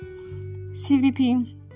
CVP